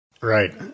Right